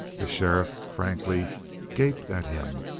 the sheriff frankly gaped at him.